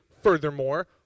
furthermore